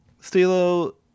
Stilo